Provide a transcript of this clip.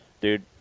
Dude